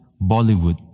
Bollywood